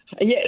Yes